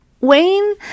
Wayne